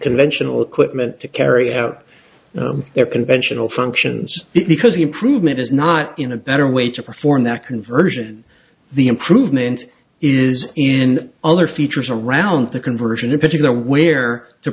conventional equipment to carry out their conventional functions because the improvement is not in a better way to perform that conversion the improvement is in other features around the conversion in particular where to